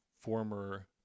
former